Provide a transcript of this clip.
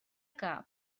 que